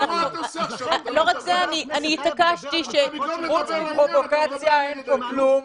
אני התעקשתי ש --- חוץ מפרובוקציה אין פה כלום.